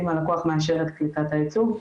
אם הלקוח מאשר את קליטת הייצוג.